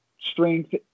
strength